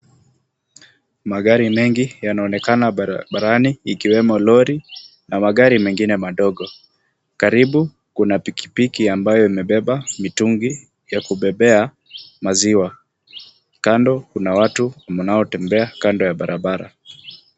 Magari mengi yanaonekana barabarani ikiwemo lori na magari mengine madogo. Karibu kuna pikipiki ambayo imebeba mitungi ya kubebea maziwa. Kando kuna watu mnaotembea kando ya barabara.